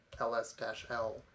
ls-l